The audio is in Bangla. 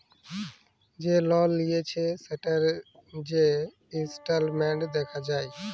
যে লল লিঁয়েছে সেটর যে ইসট্যাটমেল্ট দ্যাখা যায়